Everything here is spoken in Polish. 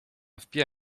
wpija